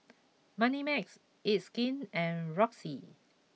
Moneymax it's skin and roxy